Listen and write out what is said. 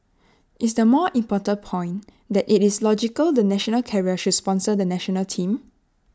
is the more important point that IT is logical the national carrier should sponsor the National Team